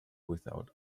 without